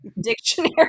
dictionary